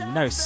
no